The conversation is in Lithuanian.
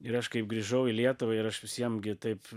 ir aš kaip grįžau į lietuvą ir aš visiem gi taip